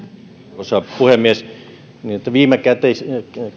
arvoisa puhemies se viimekätinen